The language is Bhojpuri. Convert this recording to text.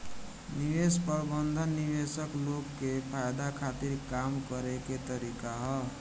निवेश प्रबंधन निवेशक लोग के फायदा खातिर काम करे के तरीका ह